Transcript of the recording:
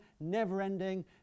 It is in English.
never-ending